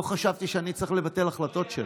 לא חשבתי שאני צריך לבטל החלטות שלו.